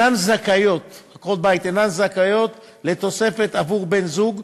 עקרות-בית אינן זכאיות לתוספת עבור בן-זוג,